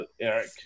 Eric